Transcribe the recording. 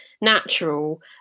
natural